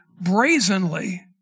brazenly